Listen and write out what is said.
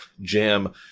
jam